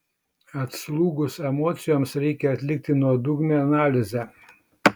atslūgus emocijoms reikia atlikti nuodugnią analizę